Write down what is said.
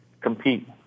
compete